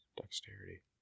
dexterity